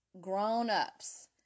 Grown-ups